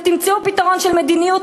ותמצאו פתרון של מדיניות,